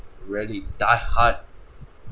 really diehard